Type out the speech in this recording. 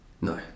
No